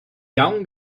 young